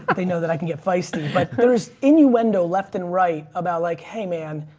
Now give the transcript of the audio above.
but they know that i can get feisty, but there's innuendo left and right about like, hey man,